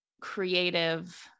creative